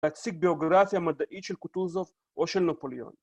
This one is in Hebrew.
‫אציג ביוגרפיה מדעי של כותוב זו ‫או של נאפוליון.